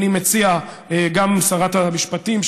גם שרת המשפטים,